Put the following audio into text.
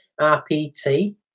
RPT